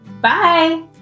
Bye